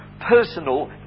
personal